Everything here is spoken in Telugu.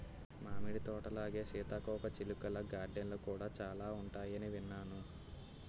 మామిడి తోటలాగే సీతాకోకచిలుకల గార్డెన్లు కూడా చాలా ఉంటాయని విన్నాను